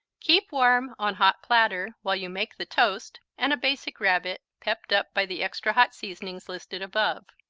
keep warm on hot platter while you make the toast and a basic rabbit, pepped up by the extra-hot seasonings listed above.